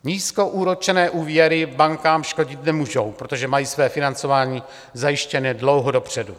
Nízkoúročené úvěry bankám škodit nemůžou, protože mají své financování zajištěné dlouho dopředu.